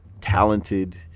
talented